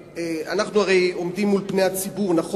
אנחנו הרי עומדים מול פני הציבור, נכון,